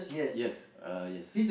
yes uh yes